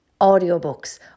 audiobooks